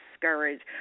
discouraged